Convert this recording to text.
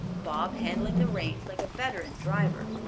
bob handling the reins like a veteran driver.